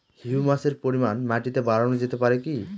হিউমাসের পরিমান মাটিতে বারানো যেতে পারে কি?